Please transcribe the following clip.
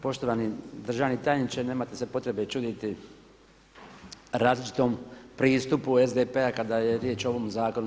Poštovani državni tajniče nemate se potrebe čuditi različitom pristupu SDP-a kada je riječ o ovom zakonu.